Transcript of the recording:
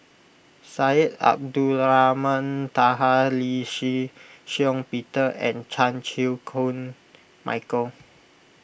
Syed Abdulrahman Taha Lee Shih Shiong Peter and Chan Chew Koon Michael